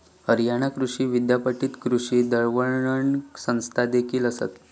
हरियाणा कृषी विद्यापीठात कृषी दळणवळण संस्थादेखील आसत